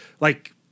like-